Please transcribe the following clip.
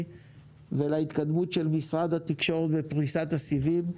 ולהתקדמות של משרד התקשורת בפריסת הסיבים.